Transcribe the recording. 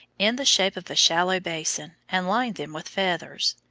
in the shape of a shallow basin, and line them with feathers.